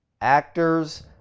actors